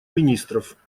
министров